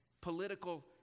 political